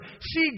see